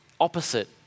opposite